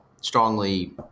strongly